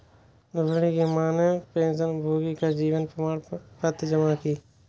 रोहिणी की माँ ने पेंशनभोगी का जीवन प्रमाण पत्र जमा की